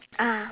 ah